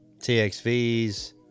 TXVs